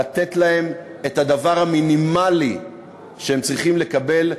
לתת להם את הדבר המינימלי שהם צריכים לקבל,